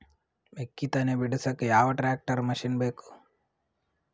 ಮೆಕ್ಕಿ ತನಿ ಬಿಡಸಕ್ ಯಾವ ಟ್ರ್ಯಾಕ್ಟರ್ ಮಶಿನ ಬೇಕು?